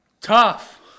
tough